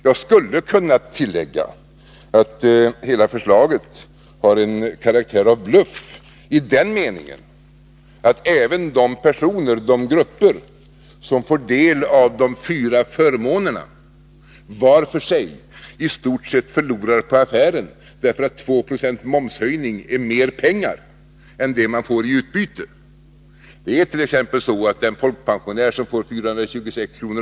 Jag skulle kunna tillägga att hela förslaget har en karaktär av bluff i den meningen att även de grupper som får del av de fyra förmånerna var för sig i stort sett förlorar på affären, eftersom 2 Zo momshöjning är mer pengar än det man får i utbyte. En folkpensionär som i bästa fall får 426 kr.